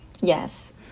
yes